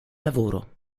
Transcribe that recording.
lavoro